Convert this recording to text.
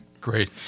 great